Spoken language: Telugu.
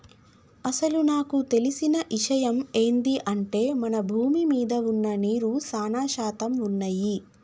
అసలు నాకు తెలిసిన ఇషయమ్ ఏంది అంటే మన భూమి మీద వున్న నీరు సానా శాతం వున్నయ్యి